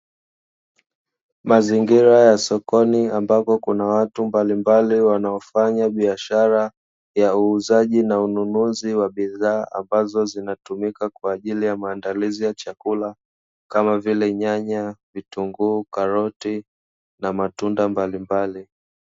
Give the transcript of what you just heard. Mazingira ya sokoni ambako kuna watu mbalimbali wanaofanya biashara ya uuzaji na ununuzi wa bidhaa, ambazo zinatumika kwa ajili ya maandalizi ya chakula kama vile nyanya vitunguu karoti na matunda mbalimbali.